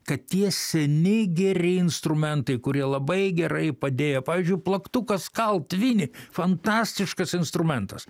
kad tie seni geri instrumentai kurie labai gerai padėjo pavyzdžiui plaktukas kalti vinį fantastiškas instrumentas